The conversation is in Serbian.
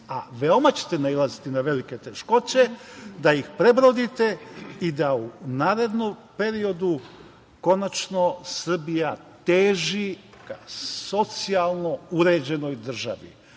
a veoma ćete nailaziti na velike teškoće, da ih prebrodite i da u narednom periodu konačno Srbija teži ka socijalno uređenoj državi.